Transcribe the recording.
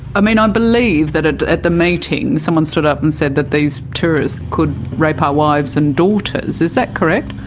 i mean, i believe that ah at the meeting meeting someone stood up and said that these tourists could rape our wives and daughters. is that correct?